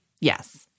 yes